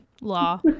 law